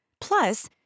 Plus